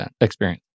experience